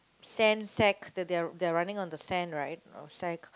sand sacks that they are they are running on the sand right or sack